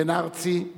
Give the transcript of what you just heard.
בן-ארצי,